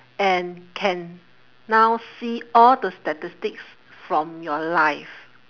and can now see all the statistics from your life